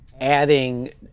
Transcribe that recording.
adding